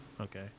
Okay